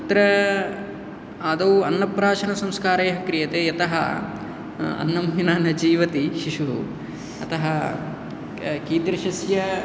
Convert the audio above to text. तत्र आदौ अन्नप्राशन संस्कारे क्रियते यतः अन्नं विना न जीवति शिशुः अतः कीदृशस्य